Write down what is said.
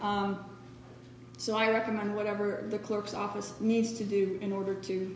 me so i recommend whatever the clerk's office needs to do in order to